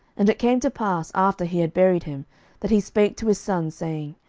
and it came to pass, after he had buried him, that he spake to his sons, saying,